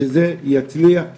שזה יצליח,